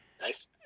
Nice